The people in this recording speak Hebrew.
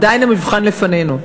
עדיין המבחן לפנינו.